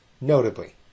notably